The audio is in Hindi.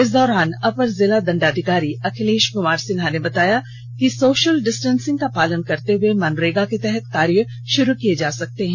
इस दौरान अपर जिलादंडाधिकारी अखिलेष कुमार सिन्हा ने बताया कि सोषल डिस्टेंसिंग का पालन करते हुये मनरेगा के तहत कार्य षुरू किया जा सकता है